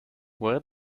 where